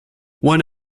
one